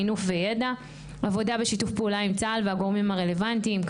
מינוף וידע עבודה בשיתוף פעולה עם צה"ל והגורמים הרלבנטיים,